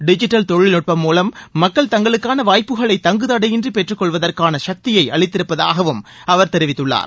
digital தொழில்நுட்பம் மூலம் மக்கள் தங்களுக்கான வாய்ப்புகளை தங்குதடையின்றி பெற்றுக் கொள்வதற்கான சக்தியை அளித்திருப்பதாகவும் அவர் தெரிவித்துள்ளார்